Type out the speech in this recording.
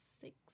Six